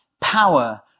power